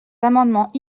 amendements